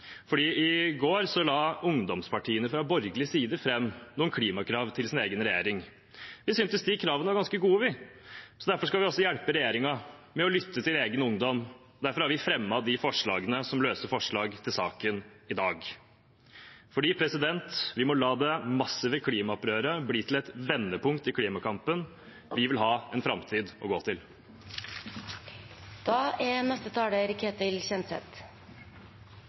i går la ungdomspartiene fra borgerlig side fram noen klimakrav til sin egen regjering. Vi syntes de kravene var ganske gode, derfor skal vi hjelpe regjeringen med å lytte til egen ungdom, og derfor har vi fremmet de forslagene som løse forslag til saken i dag. For vi må la det massive klimaopprøret bli til et vendepunkt i klimakampen. Vi vil ha en framtid å gå til. Ja, det er